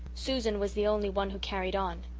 susan was the only one who carried on.